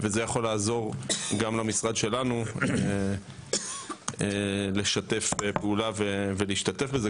זה יכול לעזור גם למשרד שלנו לשתף פעולה ולהשתתף בזה,